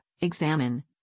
examine